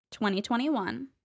2021